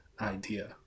idea